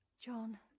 John